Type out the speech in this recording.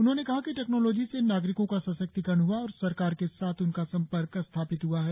उन्होंने कहा कि टैक्नोलोजी से नागरिकों का सशक्तिकरण हुआ है और सरकार के साथ उनका संपर्क स्थापित हुआ है